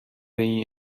این